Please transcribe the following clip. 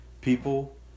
people